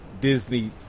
Disney